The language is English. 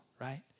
right